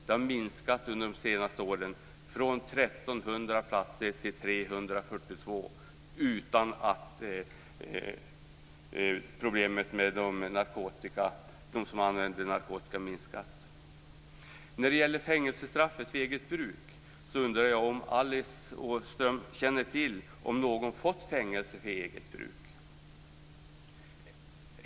Antalet platser har under de senaste åren minskat från 1 300 till 342, utan att narkotikaproblemen har minskat i omfattning. Jag undrar också om Alice Åström känner till om någon har fått fängelse för eget bruk.